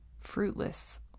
fruitless